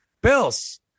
Bills